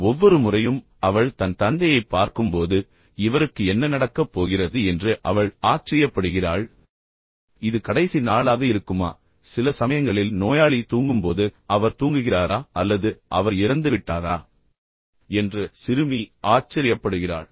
ஒவ்வொரு முறையும் அவள் தன் தந்தையைப் பார்க்கும்போது இவருக்கு என்ன நடக்கப் போகிறது என்று அவள் ஆச்சரியப்படுகிறாள் இது கடைசி நாளாக இருக்குமா சில சமயங்களில் நோயாளி தூங்கும்போது அவர் தூங்குகிறாரா அல்லது அவர் இறந்துவிட்டாரா என்று சிறுமி ஆச்சரியப்படுகிறாள்